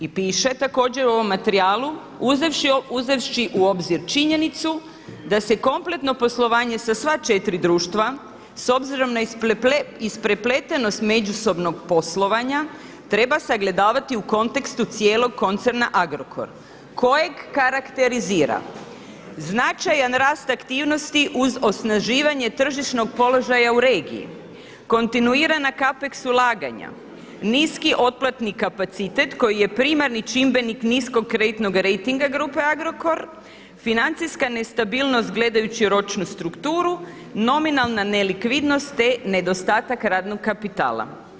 I piše također u ovom materijalu uzevši u obzir činjenicu da se kompletno poslovanje sa sva četiri društva s obzirom na isprepletenost međusobnog poslovanja treba sagledavati u kontekstu cijelog koncerna Agrokor kojeg karakterizira značajan rast aktivnosti uz osnaživanje tržišnog položaja u regiji, kontinuirana kapeks ulaganja, niski otplatni kapacitet koji je primarni čimbenik niskog kreditnoj rejtinga grupe Agrokor, financija nestabilnost gledajući ročnu strukturu, nominalna nelikvidnost, te nedostatak radnog kapitala.